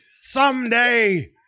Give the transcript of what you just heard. Someday